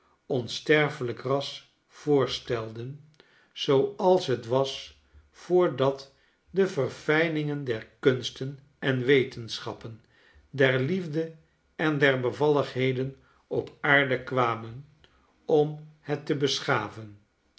ons sterfelijk ras voorstelden zooals het was voordat de verfijningen der kunsten en wetenschappen der liefde en der bevalligheden op aarde kwamen om hettebeschaven ik